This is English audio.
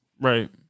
Right